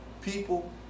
People